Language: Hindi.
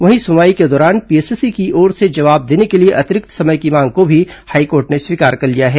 वहीं सुनवाई के दौरान पीएससी की ओर से जवाब देने के लिए अतिरिक्त समय की मांग को भी हाईकोर्ट ने स्वीकार कर लिया है